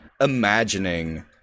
imagining